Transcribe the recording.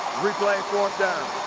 replay fourth down.